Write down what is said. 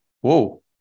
whoa